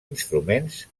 instruments